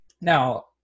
Now